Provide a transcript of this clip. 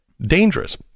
dangerous